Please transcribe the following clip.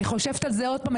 אני חושבת על זה עוד פעם,